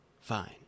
Fine